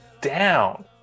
down